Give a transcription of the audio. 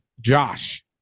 Josh